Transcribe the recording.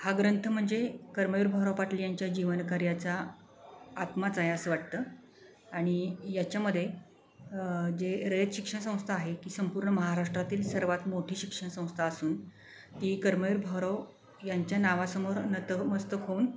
हा ग्रंथ म्हणजे कर्मवीर भाऊराव पाटील यांच्या जीवनकार्याचा आत्माच आहे असं वाटतं आणि याच्यामध्ये जे रयत शिक्षण संस्था आहे ती संपूर्ण महाराष्ट्रातील सर्वात मोठी शिक्षण संस्था असून ती कर्मवीर भाऊराव यांच्या नावासमोर नतमस्तक होऊन